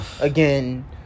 again